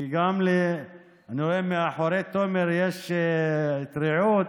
אני רואה מאחורי תומר את רעות,